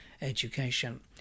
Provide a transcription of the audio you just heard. education